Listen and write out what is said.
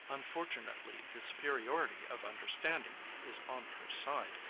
unfortunately, the superiority of understanding is on her side,